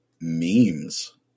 memes